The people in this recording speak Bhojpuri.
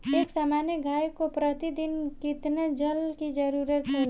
एक सामान्य गाय को प्रतिदिन कितना जल के जरुरत होला?